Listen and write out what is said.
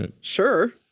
sure